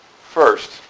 first